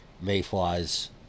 mayflies